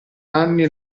anni